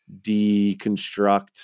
deconstruct